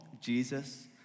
Jesus